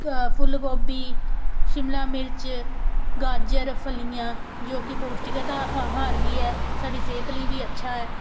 ਫੁੱਲ ਗੋਭੀ ਸ਼ਿਮਲਾ ਮਿਰਚ ਗਾਜਰ ਫਲੀਆਂ ਜੋ ਕਿ ਪੋਸ਼ਟਿਕ ਅਧਾ ਅਹਾਰ ਵੀ ਹੈ ਸਾਡੀ ਸਿਹਤ ਲਈ ਵੀ ਅੱਛਾ ਹੈ